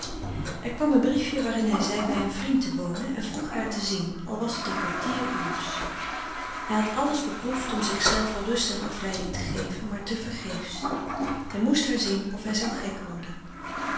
er kwam een briefje waarin hij zei bij een vriend te wonen en vroeg haar te zien al was t een kwartieruurs hij had alles beproefd om zichzelve rust en afleiding te geven maar te vergeefsch hij moest haar zien of hij zou gek worden